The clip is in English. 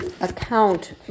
account